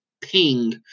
ping